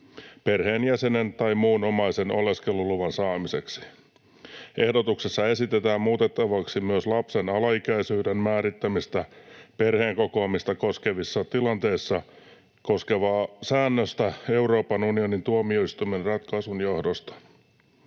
perheenjäsenen tai muun omaisen oleskeluluvan saamiseksi. Ehdotuksessa esitetään muutettavaksi myös lapsen alaikäisyyden määrittämistä perheenkokoamista koskevissa tilanteissa koskevaa säännöstä Euroopan unionin tuomioistuimen ratkaisun johdosta.